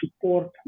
support